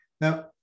now